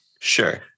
sure